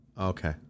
okay